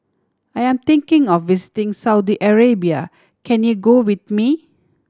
I am thinking of visiting Saudi Arabia can you go with me